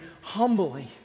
humbly